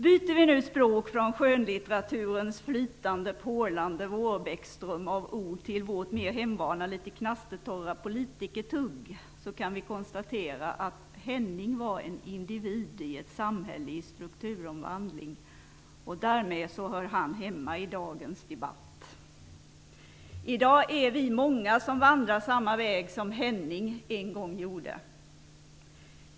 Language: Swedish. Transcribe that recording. Byter vi nu språk från skönlitteraturens flytande, porlande vårbäcksström av ord till vårt mer hemvana, litet knastertorra politikertugg kan vi konstatera att Henning var en individ i ett samhälle i strukturomvandling och därmed hör han hemma i dagens debatt. I dag är vi många som vandrar samma väg som Henning en gång gjorde.